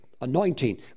anointing